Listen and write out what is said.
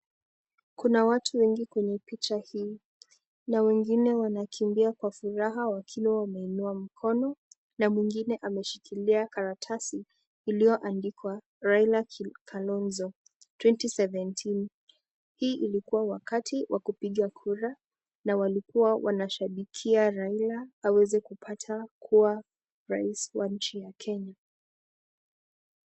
Kuna watu wengi kwenye picha hii na wengine wanakimbia kwa furaha wakiwa wameinua mkono na mwingine ameshikilia karatasi iliyoandikwa Raila Kalonzo 2017,hii ilikuwa wakati wa kupiga kura na walikuwa wanashabikia Raila aweze kupata kuwa rais wa nchi ya Kenya.